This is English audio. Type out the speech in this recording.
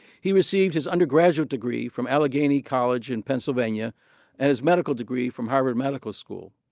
he received his undergraduate degree from allegheny college in pennsylvania and his medical degree from harvard medical school.